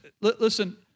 listen